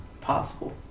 possible